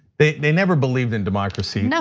they they never believed in democracy. no.